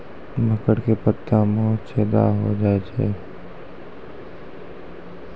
मकर के पत्ता मां छेदा हो जाए छै?